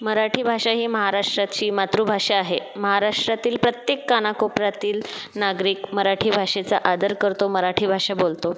मराठी भाषा ही महाराष्ट्राची मातृभाषा आहे महाराष्ट्रातील प्रत्येक कानाकोपऱ्यातील नागरिक मराठी भाषेचा आदर करतो मराठी भाषा बोलतो